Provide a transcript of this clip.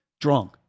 drunk